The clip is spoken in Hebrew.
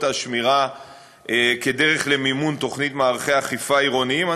השמירה כדרך למימון תוכנית מערכי אכיפה עירוניים.